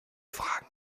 fragen